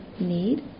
need